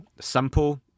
simple